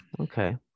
Okay